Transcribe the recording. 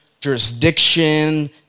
jurisdiction